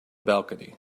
balcony